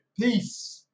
Peace